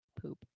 poop